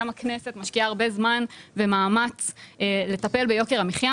גם הכנסת משקיעה הרבה זמן ומאמץ לטפל ביוקר המחיה